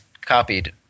copied